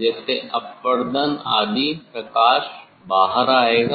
जैसे अपवर्तन आदि प्रकाश बाहर आएगा